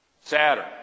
Saturn